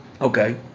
Okay